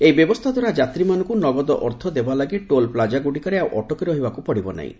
ଏହି ବ୍ୟବସ୍ଥା ଦ୍ୱାରା ଯାତ୍ରୀମାନଙ୍କୁ ନଗଦ ଅର୍ଥ ଦେବାପାଇଁ ଟୋଲ୍ ପ୍ଲାଜାଗୁଡ଼ିକରେ ଆଉ ଅଟକି ରହିବାକୁ ପଡ଼ିବ ନାହିଁ